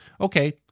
okay